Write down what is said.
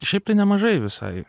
šiaip tai nemažai visai